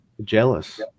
jealous